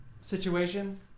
situation